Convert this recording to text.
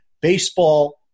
baseball